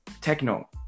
techno